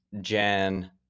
Jan